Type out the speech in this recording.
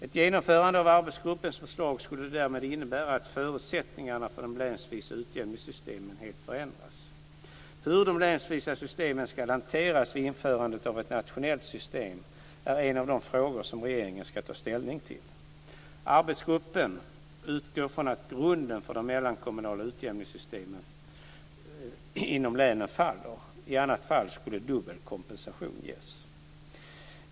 Ett genomförande av arbetsgruppens förslag skulle därmed innebära att förutsättningarna för de länsvisa utjämningssystemen helt förändras. Hur de länsvisa systemen ska hanteras vid införandet av ett nationellt system är en av de frågor som regeringen ska ta ställning till. Arbetsgruppen utgår från att grunden för de mellankommunala utjämningssystemen inom länen faller. I annat fall skulle dubbel kompensation ges.